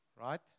right